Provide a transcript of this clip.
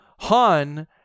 Han